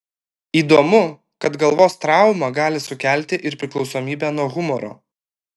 įdomu kad galvos trauma gali sukelti ir priklausomybę nuo humoro